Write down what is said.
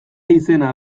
izena